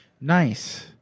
Nice